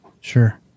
Sure